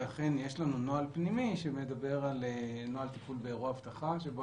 אכן יש לנו נוהל פנימי שמדבר על נוהל תפעול באירוע אבטחה שבו